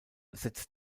setzt